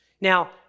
Now